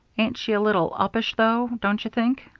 ain't she a little uppish, though, don't you think?